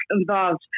involved